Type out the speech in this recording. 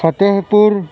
فتح پور